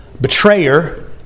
betrayer